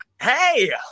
Hey